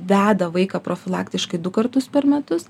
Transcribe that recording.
veda vaiką profilaktiškai du kartus per metus